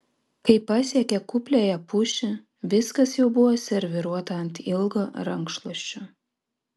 kai pasiekė kupliąją pušį viskas jau buvo serviruota ant ilgo rankšluosčio